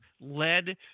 led